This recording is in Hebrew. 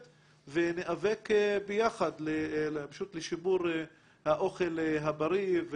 וניאבק ביחד לשיפור האוכל הבריא.